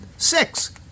Six